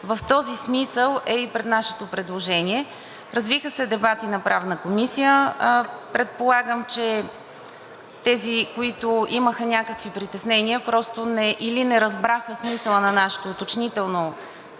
В този смисъл е и нашето предложение. Развиха се дебати в Правната комисия. Предполагам, че тези, които имаха някакви притеснения, просто или не разбраха смисъла на нашето уточнително